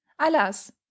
Alas